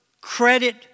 credit